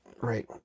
right